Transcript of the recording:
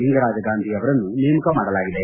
ಲಿಂಗರಾಜ ಗಾಂಧಿ ಅವರನ್ನು ನೇಮಕ ಮಾಡಲಾಗಿದೆ